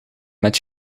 met